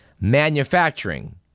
manufacturing